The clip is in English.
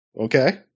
Okay